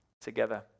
together